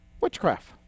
Witchcraft